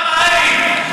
הר הבית,